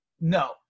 no